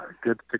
good